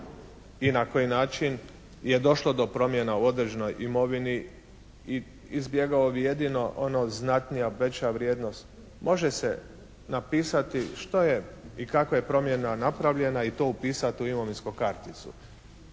i na koji način je došlo do promjena u određenoj imovini. … /Govornik se ne razumije./ … bi jedino ono znatnija preča vrijednost. Može se napisati što je i kako je promjena napravljena i tu upisati u imovinsku karticu